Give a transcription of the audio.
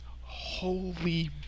holy